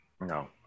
No